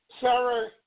Sarah